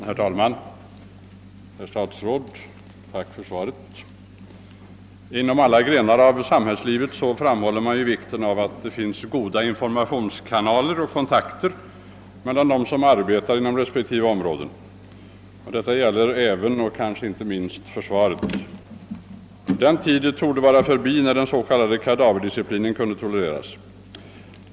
Herr talman! Tack för svaret, herr statsråd! Inom alla grenar inom samhällslivet framhåller man ju vikten av att det finns goda informationskanaler och kontakter mellan dem som arbetar inom respektive områden. Detta gäller även och kanske inte minst försvaret. Den tid torde vara förbi när den s.k. kadaverdisciplinen kunde = tolereras.